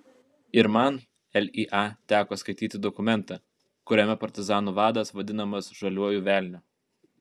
ir man lya teko skaityti dokumentą kuriame partizanų vadas vadinamas žaliuoju velniu